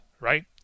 right